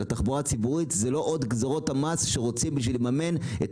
התחבורה הציבורית זה לא עוד גזרת מס שרוצים בשביל לממן את